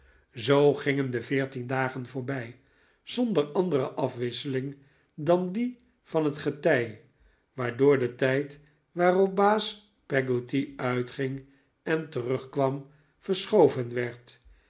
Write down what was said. zoo gingen de veertien dagen voorbij zonder andere afwisseling dan die van het getij waardoor de tijd waarop baas peggotty uitging en terugkwam verschoven werd